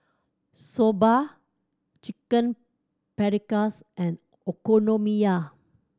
Soba Chicken Paprikas and Okonomiyaki